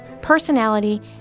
personality